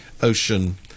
ocean